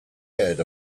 heard